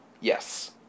Yes